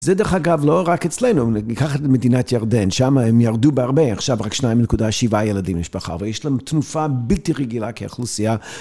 זה דרך אגב לא רק אצלנו, אם ניקח את מדינת ירדן, שם הם ירדו בהרבה, עכשיו רק 2.7 ילדים יש לך, ויש להם תנופה בלתי רגילה כאוכלוסייה.